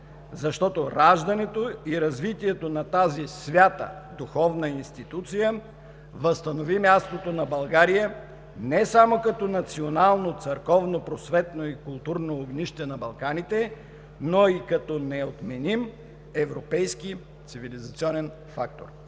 защото раждането и развитието на тази свята духовна институция възстанови мястото на България не само като национално църковно-просветно и културно огнище на Балканите, но и като неотменим европейски цивилизационен фактор.“